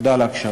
תודה על ההקשבה.